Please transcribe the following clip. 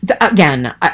again